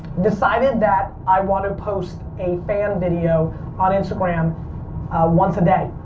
decided that i want to post a fan video on instagram once a day.